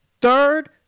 Third